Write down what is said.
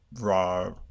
raw